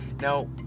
Now